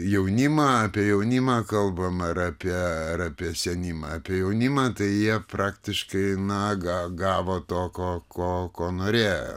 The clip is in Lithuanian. jaunimą apie jaunimą kalbam ar apie ar apie senimą apie jaunimą tai jie praktiškai na ga gavo to ko ko norėjo